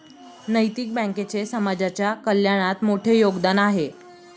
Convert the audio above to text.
नैतिक बँकेचे समाजाच्या कल्याणात मोठे योगदान आहे